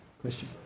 Question